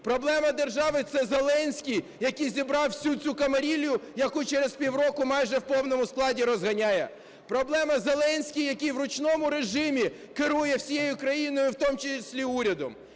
Проблема держави – це Зеленський, який зібрав всю цю камарилью, яку через півроку майже в повному складі розганяє. Проблема – Зеленський, який в ручному режимі керує всією країною, в тому числі урядом.